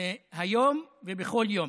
היום ובכל יום.